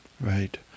Right